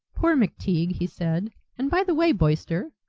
poor mcteague, he said and by the way, boyster,